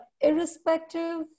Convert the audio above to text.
irrespective